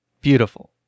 beautiful